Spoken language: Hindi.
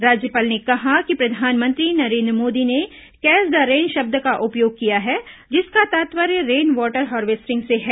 राज्यपाल ने कहा कि प्रधानमंत्री नरेन्द्र मोदी ने कैच द रेन शब्द का उपयोग किया है जिसका तात्पर्य रेन वाटर हार्वेस्टिंग से हैं